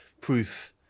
proof